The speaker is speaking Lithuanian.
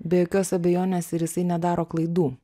be jokios abejonės ir jisai nedaro klaidų